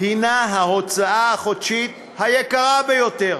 הוא ההוצאה החודשית הגדולה ביותר.